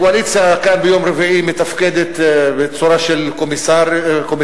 הקואליציה כאן ביום רביעי מתפקדת בצורה של קומיסריות,